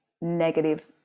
negative